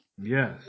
Yes